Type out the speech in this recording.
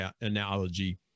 analogy